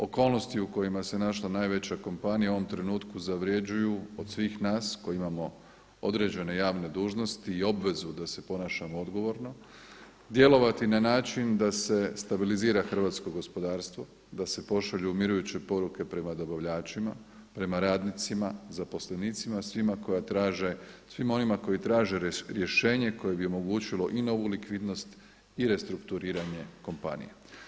Okolnosti u kojima se našla najveća kompanija u ovom trenutku zavređuju od svih nas koji imamo određene javne dužnosti i obvezu da se ponašamo odgovorno djelovati na način da se stabilizira hrvatsko gospodarstvo, da se pošalju umirujuće poruke prema dobavljačima, prema radnicima, zaposlenicima, svima onima koji traže rješenje koje bi omogućilo i novu likvidnost i restrukturiranje kompanija.